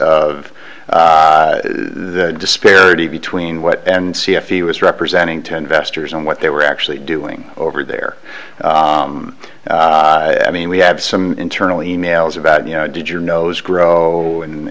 of the disparity between what and see if he was representing to investors and what they were actually doing over there i mean we have some internal e mails about you know did your nose grow and